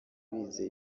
bizeye